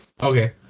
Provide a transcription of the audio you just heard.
okay